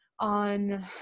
On